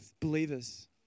believers